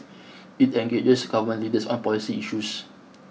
it engages government leaders on policy issues